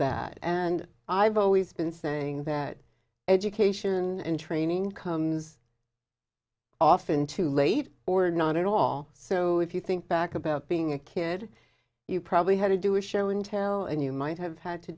that and i've always been saying that education and training comes often too late or not at all so if you think back about being a kid you probably had to do a show and tell and you might have had to